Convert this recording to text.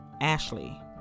Ashley